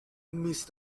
missed